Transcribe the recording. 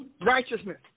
Righteousness